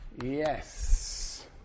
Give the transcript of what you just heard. Yes